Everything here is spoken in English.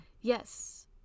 Yes